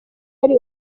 ari